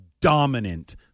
dominant